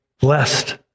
blessed